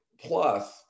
plus